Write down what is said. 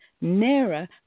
nearer